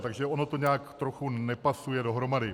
Takže ono to nějak trochu nepasuje dohromady.